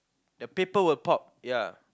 the paper would pop ya